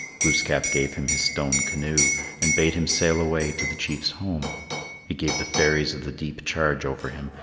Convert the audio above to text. glooskap gave him his stone canoe and bade him sail away to the chief's home he gave the fairies of the deep charge over him,